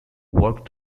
worked